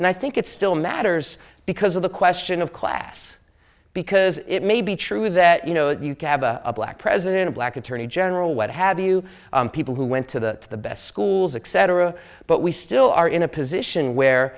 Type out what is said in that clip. and i think it still matters because of the question of class because it may be true that you know you kava a black president a black attorney general what have you people who went to the best schools etc but we still are in a position where